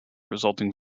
resulting